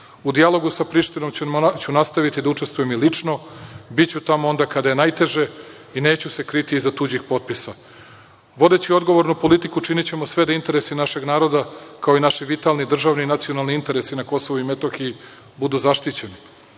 U dijalogu sa Prištinom ću nastaviti da učestvujem i lično. Biću tamo onda kada je najteže i neću se kriti iza tuđih potpisa. Vodeći odgovorno politiku, činićemo sve da interesi našeg naroda, kao i naši vitalni državni i nacionalni interesi na Kosovu i Metohiji budu zaštićeni.